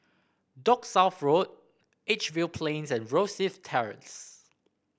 Dock South Road Edgefield Plains and Rosyth Terrace